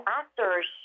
actors